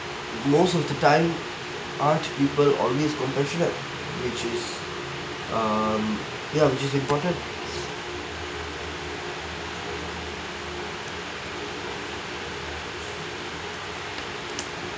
most of the time art people always compassionate which is um ya which is important